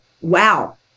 wow